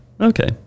Okay